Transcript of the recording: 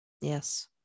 Yes